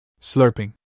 Slurping